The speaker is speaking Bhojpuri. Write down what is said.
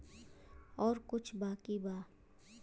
और कुछ बाकी बा?